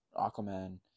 Aquaman